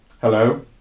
Hello